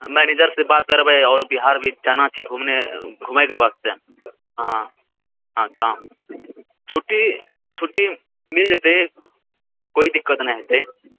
मैनेजरसँ बात करबै आओर बिहार भी जाना छी घूमने घुमएके वास्ते हँ छुट्टी छुट्टी मिल जेतै कोइ दिक्कत नहि हेतै